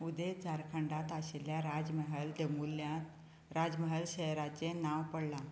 उदेंत झारखंडांत आशिल्ल्या राजमहाल दोंगुल्ल्यांक राजमहल शाहराचें नांव पडलां